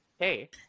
Hey